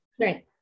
Right